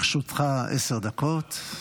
לרשותך עשר דקות.